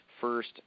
first